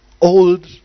old